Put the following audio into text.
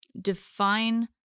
define